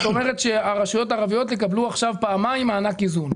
זאת אומרת שהרשויות הערביות יקבלו עכשיו פעמיים מענק איזון,